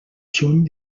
juny